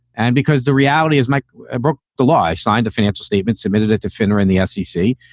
and because the reality is, mike broke the law. i signed a financial statement, submitted a defender in the scc,